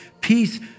Peace